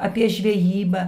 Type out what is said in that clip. apie žvejybą